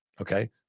okay